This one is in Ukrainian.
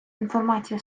інформація